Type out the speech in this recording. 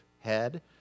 head